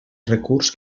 recurs